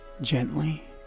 gently